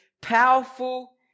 powerful